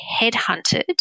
headhunted